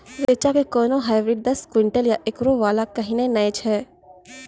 रेचा के कोनो हाइब्रिड दस क्विंटल या एकरऽ वाला कहिने नैय छै?